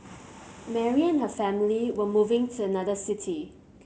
Mary and her family were moving to another city